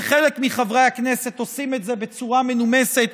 שחלק מחברי הכנסת עושים את זה בצורה מנומסת,